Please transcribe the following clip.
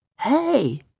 Hey